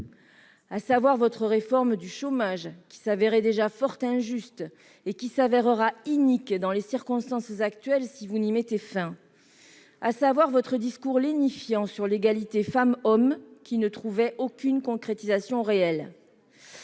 à savoir votre réforme du chômage, qui s'avérait déjà fort injuste et qui s'avérera inique dans les circonstances actuelles si vous n'y mettez fin, à savoir votre discours lénifiant sur l'égalité femmes-hommes, qui ne trouvait aucune concrétisation réelle.